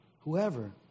whoever